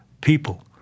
people